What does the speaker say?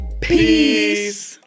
Peace